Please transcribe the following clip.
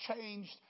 changed